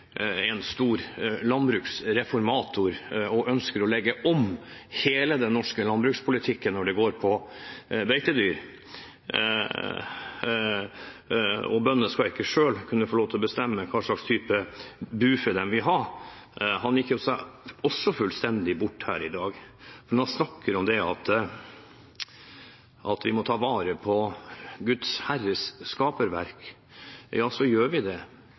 en stor landbruksreformator, og som ønsker å legge om hele den norske landbrukspolitikken som handler om beitedyr, og at bøndene skal ikke selv få lov til å bestemme hva slags type bufe de vil ha, gikk seg også fullstendig bort her i dag. Han snakker om at vi må ta vare på Gud Vår Herres skaperverk. Ja, vi gjør det.